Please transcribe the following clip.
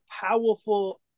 powerful